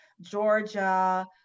Georgia